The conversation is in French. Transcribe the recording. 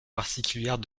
particulière